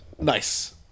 nice